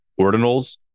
ordinals